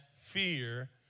fear